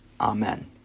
Amen